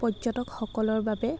পৰ্যটকসকলৰ বাবে